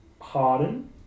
Harden